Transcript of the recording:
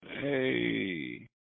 Hey